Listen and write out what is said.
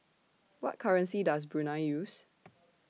What currency Does Brunei use